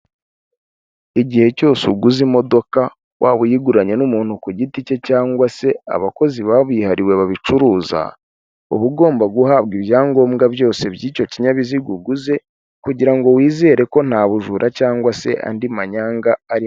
Igihe cyose uguze imodoka, waba uyiguranye n'umuntu ku giti cye cyangwa se abakozi babihariwe babicuruza, uba ugomba guhabwa ibyangombwa byose by'icyo kinyabiziga uguze kugira ngo wizere ko nta bujura cyangwa se andi manyanga arimo.